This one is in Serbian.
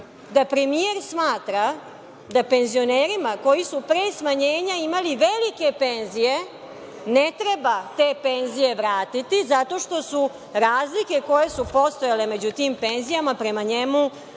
da premijer smatra da penzionerima koji su pre smanjenja imali velike penzije ne treba te penzije vratiti, zato što su razlike koje su postojale među tim penzijama, prema njemu,